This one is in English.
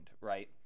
right